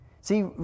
See